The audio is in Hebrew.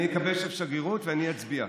אני אקבל שם שגרירות ואני אצביע.